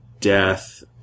Death